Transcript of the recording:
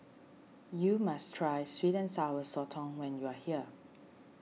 you must try sweet and Sour Sotong when you are here